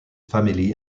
family